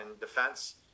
defense